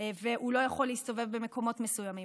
והוא לא יכול להסתובב במקומות מסוימים